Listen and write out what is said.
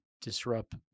disrupt